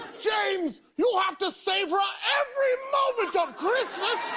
james, you have to savor ah every moment of christmas!